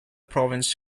province